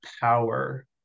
power